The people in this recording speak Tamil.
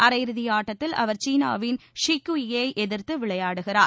அரையிறுதி ஆட்டத்தில் அவர் சீனாவின் ஷி யுகி யை எதிர்த்து விளையாடுகிறார்